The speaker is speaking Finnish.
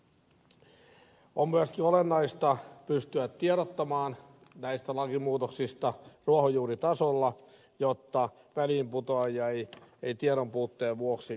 on myöskin olennaista pystyä tiedottamaan näistä lakimuutoksista ruohonjuuritasolla jotta väliinputoajia ei tiedonpuutteen vuoksi synny